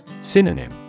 Synonym